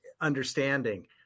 understanding